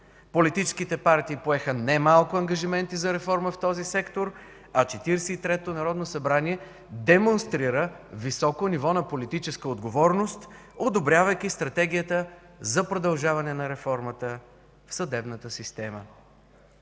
Политическите партии поеха немалко ангажименти за реформа в този сектор, а Четиридесет и третото народно събрание демонстрира високо ниво на политическа отговорност, одобрявайки Стратегията за продължаване на реформата в съдебната система.